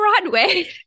Broadway